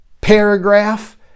paragraph